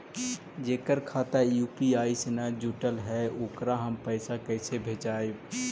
जेकर खाता यु.पी.आई से न जुटल हइ ओकरा हम पैसा कैसे भेजबइ?